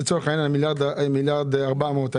מיליארד ו-400,